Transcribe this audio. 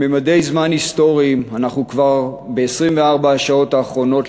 בממדי זמן היסטוריים אנחנו כבר ב-24 השעות האחרונות